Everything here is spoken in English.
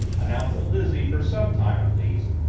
announced that lizzie, for some time at least,